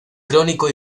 crónico